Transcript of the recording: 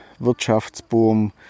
Wirtschaftsboom